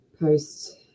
post